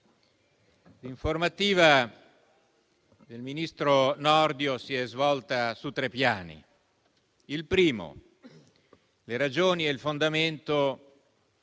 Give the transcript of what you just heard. l'informativa del ministro Nordio si è svolta su tre piani: il primo è sulle ragioni e il fondamento